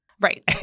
Right